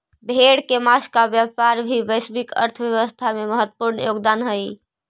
भेड़ के माँस का व्यापार भी वैश्विक अर्थव्यवस्था में महत्त्वपूर्ण योगदान हई